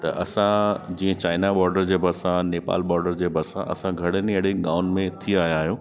त असां जीअं चाईना बॉडर्स जे बरिसां नेपाल बॉडर जे बरिसां असां घणनि ई एड़े गावनि में थी आयां आयूं